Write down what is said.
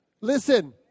Listen